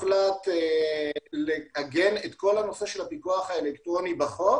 הוחלט לעגן את כל הנושא של הפיקוח האלקטרוני בחוק